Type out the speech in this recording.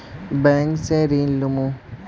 Bank से ऋण लुमू?